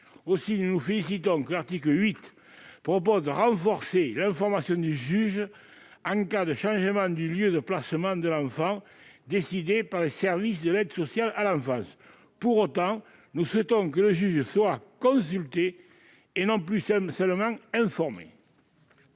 Aussi, nous nous félicitons que l'article 8 tende à renforcer l'information du juge en cas de changement du lieu de placement de l'enfant décidé par les services de l'aide sociale à l'enfance. Pour autant, nous souhaiterions que le juge soit consulté, et non plus seulement informé.